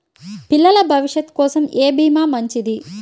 పిల్లల భవిష్యత్ కోసం ఏ భీమా మంచిది?